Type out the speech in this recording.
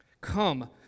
Come